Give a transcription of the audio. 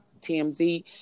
TMZ